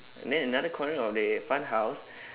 then another corner of the fun house